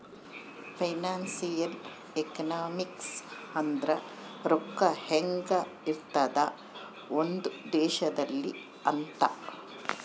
financial economics ಅಂದ್ರ ರೊಕ್ಕ ಹೆಂಗ ಇರ್ತದ ಒಂದ್ ದೇಶದಲ್ಲಿ ಅಂತ